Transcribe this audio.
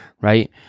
right